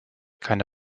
keine